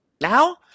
now